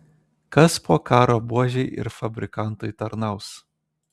kas po karo buožei ir fabrikantui tarnaus